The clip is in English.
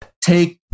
take